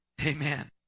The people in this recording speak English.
Amen